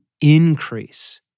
increase